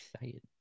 excited